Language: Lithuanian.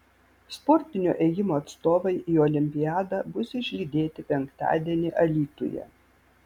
sportinio ėjimo atstovai į olimpiadą bus išlydėti penktadienį alytuje